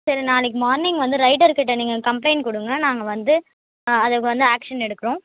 சரி நாளைக்கு மார்னிங் வந்து ரைட்டர் கிட்டே நீங்கள் கம்ப்ளைண்ட் கொடுங்க நாங்கள் வந்து அதுக்கு வந்து ஆக்ஷன் எடுக்கிறோம்